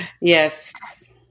yes